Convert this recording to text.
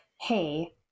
Hey